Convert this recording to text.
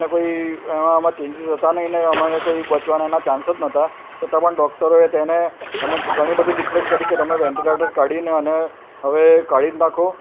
એને કોઇ એમાં આવા ચેન્જીસ હતા નહીં અને અમારે કોઇ બચવાના એના કોઇ ચાન્સ જ નહોતા છતાં પણ ડોક્ટરોએ તેને અમે ઘણી બધી રિક્વેસ્ટ કરી કે તમે વેન્ટિલેટર કાઢીને અને હવે કાઢી જ નાખો